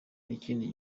n’ikindi